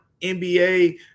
NBA